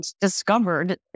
discovered